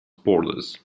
borders